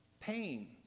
Pain